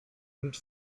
und